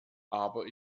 aber